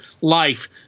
life